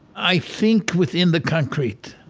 i think within the concrete.